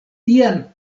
tian